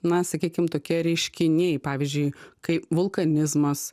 na sakykim tokie reiškiniai pavyzdžiui kai volkanizmas